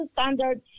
standard